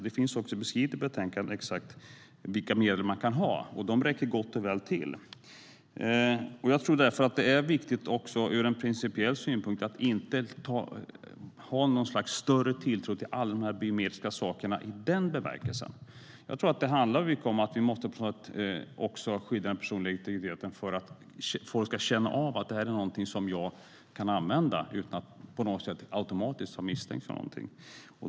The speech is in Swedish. Det finns också beskrivet i betänkandet exakt vilka medel man kan ha, och de räcker gott och väl till. Jag tror därför att det är viktigt också ur en principiell synpunkt att inte ha någon större tilltro till alla de här biometriska sakerna i den bemärkelsen. Jag tror att det handlar mycket om att vi måste skydda den personliga integriteten för att folk ska känna att det här är någonting som jag kan använda utan att på något sätt automatiskt vara misstänkt för någonting.